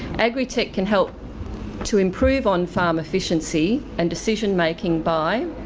agritech can help to improve on farm efficiency and decision making by